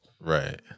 right